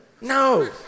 No